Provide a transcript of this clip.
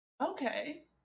Okay